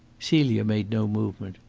celia made no movement.